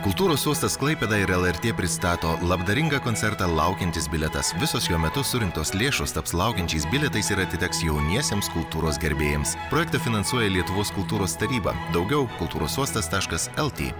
kultūros uostas klaipėda ir lrt pristato labdaringą koncertą laukiantis bilietas visos jo metu surinktos lėšos taps laukiančiais bilietais ir atiteks jauniesiems kultūros gerbėjams projektą finansuoja lietuvos kultūros taryba daugiau kultūros sostas taškas lt